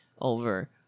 over